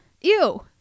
ew